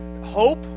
hope